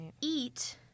eat